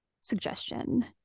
suggestion